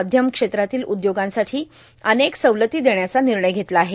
मध्यम क्षेत्रातील उदयोगांसाठां अनेक सवलती देण्याचा र्मनणय घेतला आहे